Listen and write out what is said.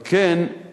על כן מתבקשת